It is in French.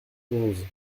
onze